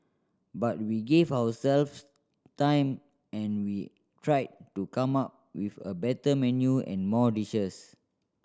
but we gave ourselves time and we tried to come up with a better menu and more dishes